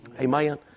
Amen